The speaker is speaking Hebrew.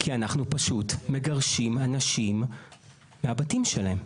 כי אנחנו פשוט מגרשים אנשים מהבתים שלהם.